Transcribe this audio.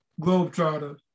globetrotter